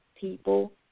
people